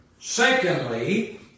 Secondly